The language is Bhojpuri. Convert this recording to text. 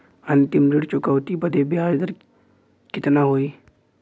अंतिम ऋण चुकौती बदे ब्याज दर कितना होई?